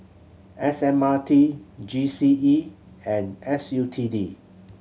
S M R T G C E and S U T D